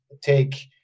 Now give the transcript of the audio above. take